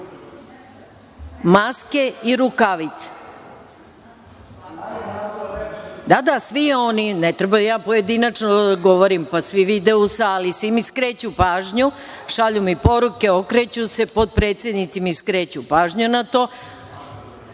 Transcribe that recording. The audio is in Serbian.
Maske i rukavice.